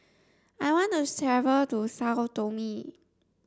I want to travel to Sao Tome